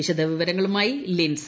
വിശദ വിവരങ്ങളുമായി ലിൻസ